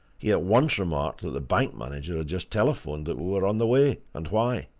he at once remarked that the bank manager had just telephoned that we were on the way, and why.